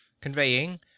conveying